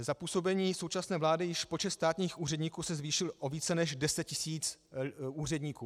Za působení současné vlády již počet státních úředníků se zvýšil o více než 10 tis. úředníků.